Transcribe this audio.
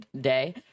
day